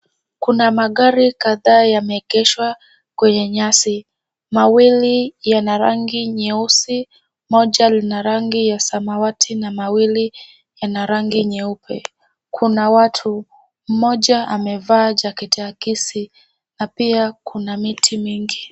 Kuna magari kadhaa yameegeshwa kwenye nyasi, mawili yana rangi nyeusi, moja lina rangi ya samawati na mawili yana rangi nyeupe. Kuna watu, mmoja amevaa jaketi akisi na pia kuna miti mingi.